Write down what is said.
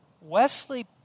Wesley